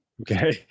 Okay